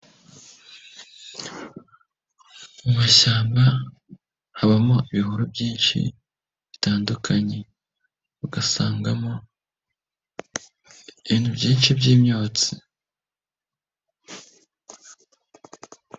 Mu mashyamba habamo ibihuru byinshi bitandukanye, ugasangamo ibintu byinshi by'imyotsi.